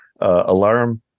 alarm